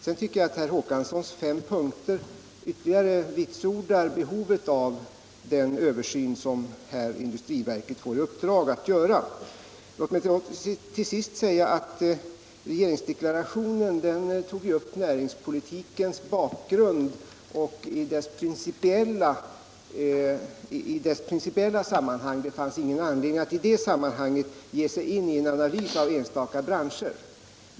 — Sedan tycker jag att herr Håkanssons fem punkter ytterligare vitsordar behovet av den översyn som industriverket får i uppdrag att göra. Låt mig till sist säga att regeringsdeklarationen tog upp näringspolitikens bakgrund i principiella sammanhang. Det fanns ingen anledning att där ge sig in på en analys av enstaka branscher.